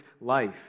life